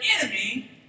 enemy